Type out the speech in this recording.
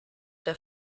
der